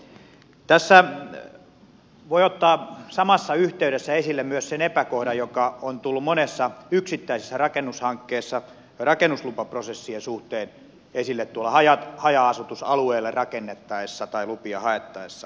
tässä voi ottaa samassa yhteydessä esille myös sen epäkohdan joka on tullut monessa yksittäisessä rakennushankkeessa rakennuslupaprosessien suhteen esille tuolla haja asutusalueelle rakennettaessa tai lupia haettaessa